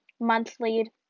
monthly